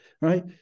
right